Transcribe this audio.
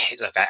look